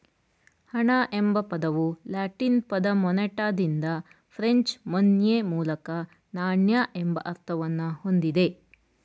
ಹಣ ಎಂಬ ಪದವು ಲ್ಯಾಟಿನ್ ಪದ ಮೊನೆಟಾದಿಂದ ಫ್ರೆಂಚ್ ಮೊನ್ಯೆ ಮೂಲಕ ನಾಣ್ಯ ಎಂಬ ಅರ್ಥವನ್ನ ಹೊಂದಿದೆ